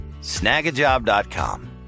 snagajob.com